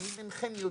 אבל אם אינכם יודעים,